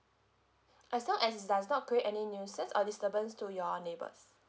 as long as it does not create any nuisance or disturbance to your neighbours